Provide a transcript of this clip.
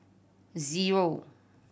zero